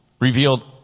revealed